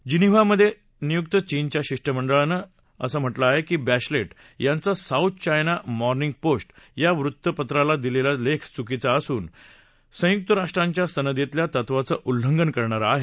जिनिव्हामधे नियुक्त चीनच्या शिष्टमंडळानं म्हटलं आहे की बधलेट यांचा साऊथ चायना मॉर्निंग पोस्ट या वृत्तपत्रातला लेख चुकीचा आणि संयुक्त राष्ट्रांच्या सनदेतल्या तत्वांचं उल्लंघन करणारा आहे